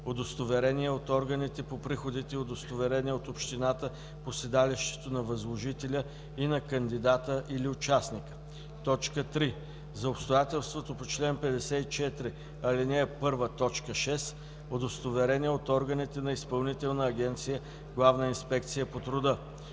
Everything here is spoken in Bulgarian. удостоверение от органите по приходите и удостоверение от общината по седалището на възложителя и на кандидата или участника; 3. за обстоятелството по чл. 54, ал. 1, т. 6 – удостоверение от органите на Изпълнителна агенция „Главна инспекция по труда”;